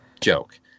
joke